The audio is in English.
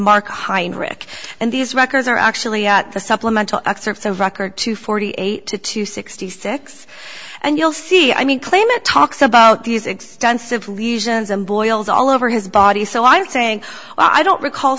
mark heinrich and these records are actually at the supplemental excerpts of record two forty eight to two sixty six and you'll see i mean claim it talks about these extensive lesions and boils all over his body so i'm saying i don't recall